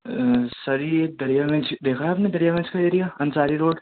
سر یہ دریا گنج دیکھا ہے آپ نے دریا گنج کا ایریا انصاری روڈ